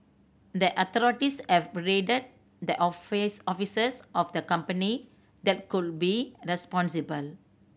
the authorities have raided the office offices of the company that could be responsible